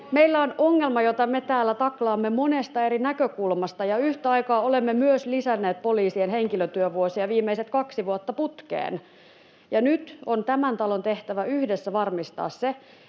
kuntoon mutta ette poliisien määrää!] ja yhtä aikaa olemme myös lisänneet poliisien henkilötyövuosia viimeiset kaksi vuotta putkeen. Nyt on tämän talon tehtävä yhdessä varmistaa se,